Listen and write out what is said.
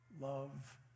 love